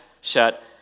shut